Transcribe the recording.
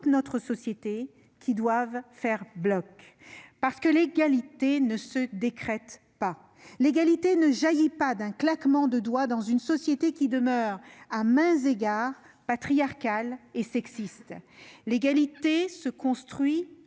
notre société qui doivent faire bloc ! Car l'égalité ne se décrète pas. Elle ne jaillit pas d'un claquement de doigts dans une société qui demeure, à maints égards, patriarcale et sexiste. Elle se construit